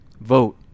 vote